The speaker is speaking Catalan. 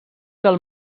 del